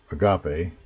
agape